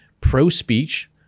pro-speech